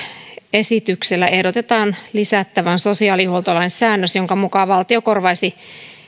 esityksellä ehdotetaan lisättävän sosiaalihuoltolain säännös jonka mukaan valtio korvaisi kunnille